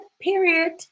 period